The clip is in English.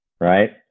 right